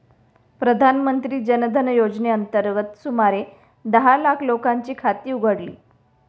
प्रधानमंत्री जन धन योजनेअंतर्गत सुमारे दहा लाख लोकांची खाती उघडली